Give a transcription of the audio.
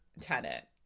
tenant